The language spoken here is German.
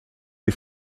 die